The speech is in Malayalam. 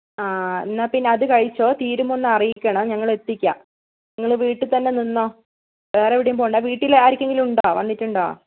ആ എന്നാൽ പിന്നെ അത് കഴിച്ചോ തീരുമ്പോൾ ഒന്ന് അറിയിക്കണം ഞങ്ങൾ എത്തിക്കാം നിങ്ങൾ വീട്ടിൽ തന്നെ നിന്നോ വേറെ എവിടെയും പോവേണ്ട വീട്ടിൽ ആർക്കെങ്കിലും ഉണ്ടോ വന്നിട്ടുണ്ടോ